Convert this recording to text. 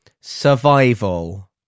Survival